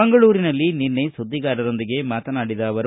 ಮಂಗಳೂರಿನಲ್ಲಿ ನಿನ್ನೆ ಸುದ್ದಿಗಾರರೊಂದಿಗೆ ಮಾತನಾಡಿದ ಅವರು